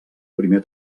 primer